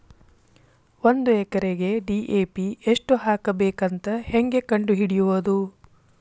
ಒಂದು ಎಕರೆಗೆ ಡಿ.ಎ.ಪಿ ಎಷ್ಟು ಹಾಕಬೇಕಂತ ಹೆಂಗೆ ಕಂಡು ಹಿಡಿಯುವುದು?